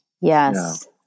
Yes